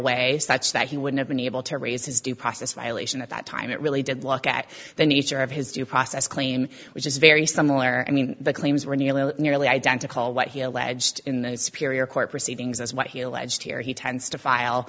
way such that he would have been able to raise his due process violation at that time it really did look at the nature of his due process claim which is very similar i mean the claims were nearly identical what he alleged in superior court proceedings as what he alleged here he tends to file